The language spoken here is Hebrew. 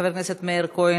חבר הכנסת מאיר כהן,